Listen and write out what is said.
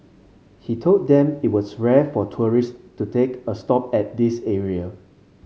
he told them it was rare for tourists to take a stop at this area